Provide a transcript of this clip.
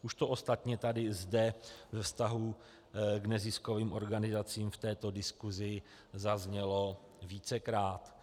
Už to ostatně zde ve vztahu k neziskovým organizacím v této diskusi zaznělo vícekrát.